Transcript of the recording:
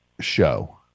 show